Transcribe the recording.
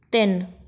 ਤਿੰਨ